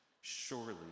Surely